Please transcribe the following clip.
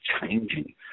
changing